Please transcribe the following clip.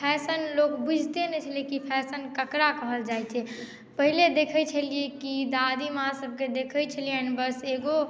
fashion लोग बुझिते नहि छलै कि फैशन ककरा कहल जाइत छै पहिले देखैत छलियै कि दादीमाँसभके देखैत छलियनि बस एगो